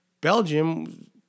Belgium